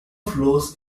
flows